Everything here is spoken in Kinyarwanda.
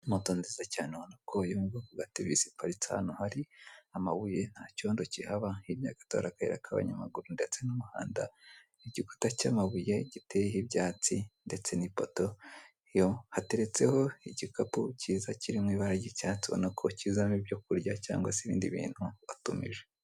Moto nziza cyane yo mubwoko bwa tevesi iparitse hano hari amabuye nta cyondo kihaba hari n'akayira k'abanyamaguru ndetse n'umuhanda igikuta cy'amabuye giteyeho ibyatsi ndetse n'ipoto, hateretseho igikapu cyiza cy'icyatsi cyiri mwibara ryitsatsi ubonako kizamo ibyo kurya cyangwa se ibindi bintu batumije.